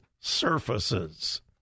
surfaces